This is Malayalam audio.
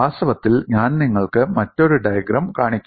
വാസ്തവത്തിൽ ഞാൻ നിങ്ങൾക്ക് മറ്റൊരു ഡയഗ്രം കാണിക്കും